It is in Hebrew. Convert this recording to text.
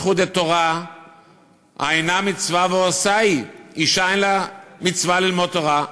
"זכות דתורה הא אינה מצווה ועושה היא" אישה אין לה מצווה ללמוד תורה,